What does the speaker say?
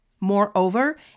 Moreover